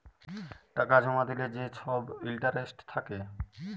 টাকা জমা দিলে যে ছব ইলটারেস্ট থ্যাকে